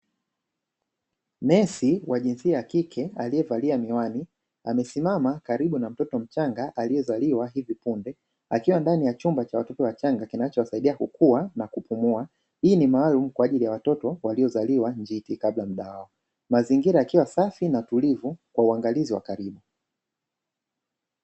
Nesi wa jinsia ya kike aliyevalia miwani amesimama karibu na mtoto mchanga aliyezaliwa hivi punde, akiwa ndani ya chumba cha watoto wachanga kinachowasaidia kukua na kupumua, hii ni maalumu kwa ajili ya watoto waliozaliwa njiti kabla ya muda wao, mazingira yakiwa safi na tulivu kwa uangalizi wa karibu.